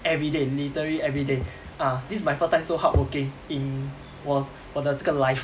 everyday literally everyday ah this is my first time so hardworking in 我我的这个 life